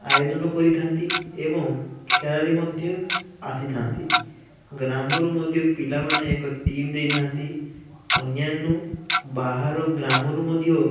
ଆୟୋଜନ କରିଥାନ୍ତି ଏବଂ ଖେଳାଳି ମଧ୍ୟ ଆସିଥାନ୍ତି ଗ୍ରାମରୁ ମଧ୍ୟ ପିଲାମାନେ ଏକ ଟିମ ଦେଇଥାନ୍ତି ଅନ୍ୟାନୁ ବାହାର ଗ୍ରାମରୁ ମଧ୍ୟ